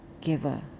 giver